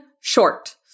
short